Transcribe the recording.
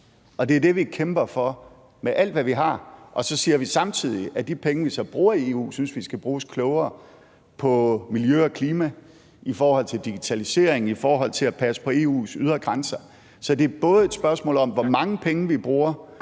det er det, vi kæmper for med alt, hvad vi har. Så siger vi samtidig, at de penge, vi så bruger i EU, synes vi skal bruges klogere på miljø og klima og i forhold til digitalisering og i forhold til at passe på EU's ydre grænser. Så det er både et spørgsmål om, hvor mange penge vi bruger,